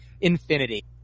infinity